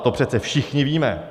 To přece všichni víme.